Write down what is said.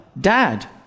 dad